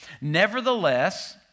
Nevertheless